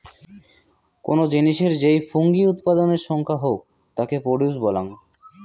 কোনো জিনিসের যেই ফুঙ্গি উৎপাদনের সংখ্যা হউক তাকে প্রডিউস বলাঙ্গ